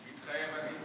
מתחייב אני